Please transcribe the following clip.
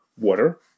water